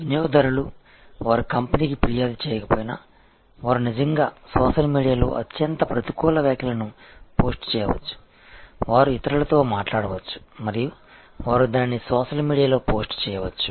వినియోగదారులు వారు కంపెనీకి ఫిర్యాదు చేయకపోయినా వారు నిజంగా సోషల్ మీడియాలో అత్యంత ప్రతికూల వ్యాఖ్యలను పోస్ట్ చేయవచ్చు వారు ఇతరులతో మాట్లాడవచ్చు మరియు వారు దానిని సోషల్ మీడియాలో పోస్ట్ చేయవచ్చు